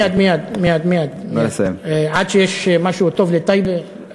מייד, מייד, עד שיש משהו טוב לטייבה?